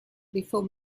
before